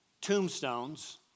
tombstones